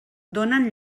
donen